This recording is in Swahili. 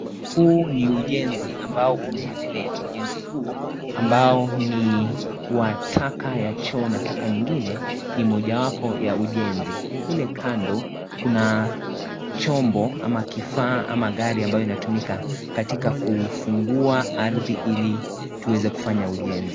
Huu ni ujenzi ambao unaendelea, ujenzi huu ambao ni wa taka ya choo na taka nyingine, ni mojawapo ya ujenzi. Kule kando kuna chombo ama kifaa ama gari ambayo inatumika katika kuufungua arthi ili tuweze kufanya ujenzi.